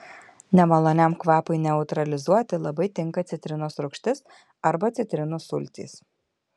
nemaloniam kvapui neutralizuoti labai tinka citrinos rūgštis arba citrinų sultys